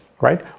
right